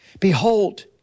Behold